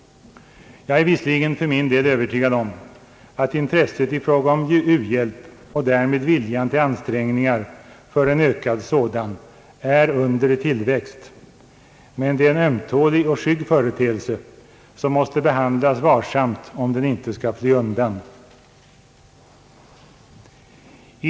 Jag är visserligen för min del övertygad om att intresset när det gäller u-hjälp och därmed viljan till ansträngningar för en ökad sådan är under tillväxt. Men det är en ömtålig och skygg företeelse som måste behandlas varsamt om den inte skall fly undan.